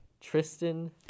Tristan